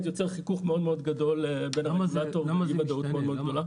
יוצר חיכוך מאוד גדול בין הרגולטור לאי וודאות מאוד גדולה.